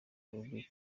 ruri